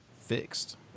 Fixed